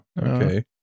okay